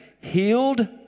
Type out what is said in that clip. healed